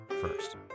first